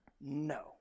No